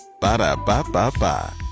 Ba-da-ba-ba-ba